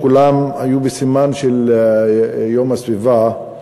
שכולן היו בסימן של יום הסביבה,